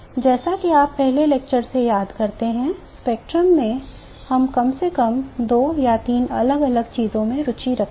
जैसा कि आप पहले लेक्चर से याद करते हैं एक स्पेक्ट्रम में हम कम से कम 2 या 3 अलग अलग चीजों में रुचि रखते हैं